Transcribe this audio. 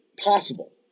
possible